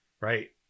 right